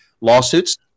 lawsuits